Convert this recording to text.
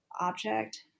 object